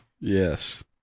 Yes